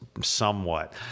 somewhat